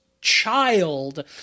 child